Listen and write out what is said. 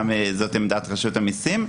עמדת רשות המסים.